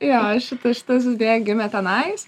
jo šita šitas idėja gimė tenais